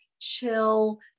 chill